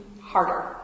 harder